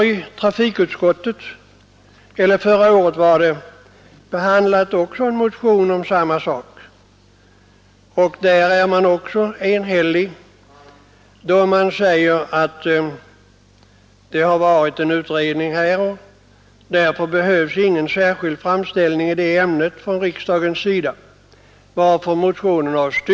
I trafikutskottet behandlades förra året en motion om samma sak. Utskottet, som var enigt, hänvisade till en utredning och ansåg att någon särskild framställning från riksdagen i ämnet inte var nödvändig, varför motionen avstyrktes.